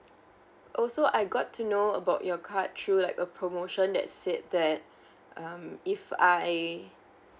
also I got to know about your card through like a promotion that said that um if I